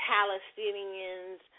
Palestinians